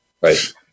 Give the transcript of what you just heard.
right